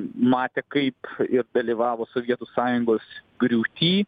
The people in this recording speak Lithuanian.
matė kaip ir dalyvavo sovietų sąjungos griūty